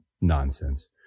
nonsense